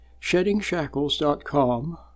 SheddingShackles.com